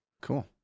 Cool